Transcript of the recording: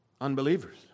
unbelievers